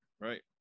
Right